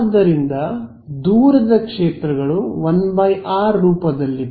ಆದ್ದರಿಂದ ದೂರದ ಕ್ಷೇತ್ರಗಳು 1 r ರೂಪದಲ್ಲಿವೆ